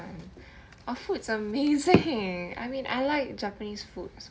our foods are amazing I mean I like japanese foods